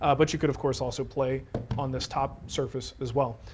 ah but you could of course also play on this top surface as well.